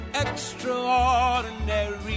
extraordinary